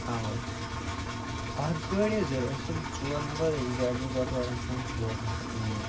اَو حظ اَکھ گٲڑۍ حظ چھِ ضوٚرتھ أسۍ چھِ یِم ژور نَفر أکِس گاڑِ منٛز واتو آرام سان ژور نَفر